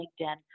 LinkedIn